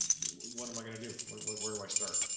what am i going to do? where where do i start?